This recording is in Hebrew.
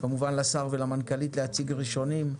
ולמנכ"לית להציג ראשונים,